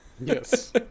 Yes